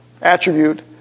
attribute